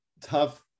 tough